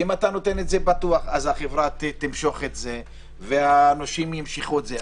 אם אתה נותן את זה פתוח אז החברה תמשוך את הזמן והנושים ימשכו את הזמן.